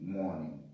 morning